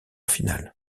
finale